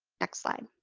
next slide.